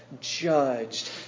judged